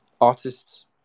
artists